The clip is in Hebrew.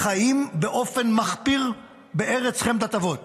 חיים באופן מחפיר בארץ חמדת אבות.